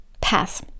pass